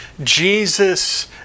Jesus